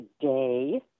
today